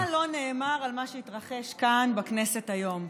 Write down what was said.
מה לא נאמר על מה שהתרחש כאן בכנסת היום.